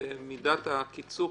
במידת הקיצור,